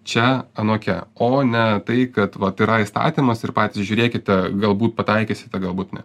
čia anokia o ne tai kad vat yra įstatymas ir patys žiūrėkite galbūt pataikysite galbūt ne